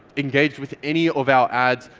engaged with any of our ads,